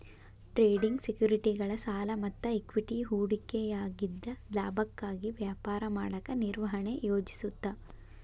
trading ಸೆಕ್ಯುರಿಟಿಗಳ ಸಾಲ ಮತ್ತ ಇಕ್ವಿಟಿ ಹೂಡಿಕೆಯಾಗಿದ್ದ ಲಾಭಕ್ಕಾಗಿ ವ್ಯಾಪಾರ ಮಾಡಕ ನಿರ್ವಹಣೆ ಯೋಜಿಸುತ್ತ